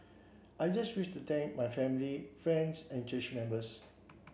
I just wish to thank my family friends and church members